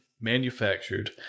manufactured